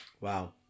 Wow